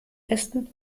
essen